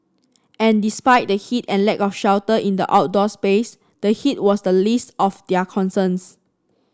and despite the heat and lack of shelter in the outdoor space the heat was the least of their concerns